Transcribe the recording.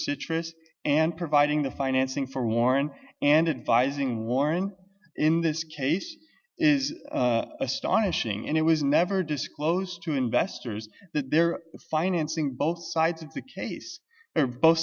citrus and providing the financing for warren and advising warren in this case is astonishing and it was never disclosed to investors that their financing both sides of the case both